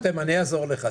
רותם, אני אעזור לך.